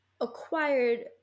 acquired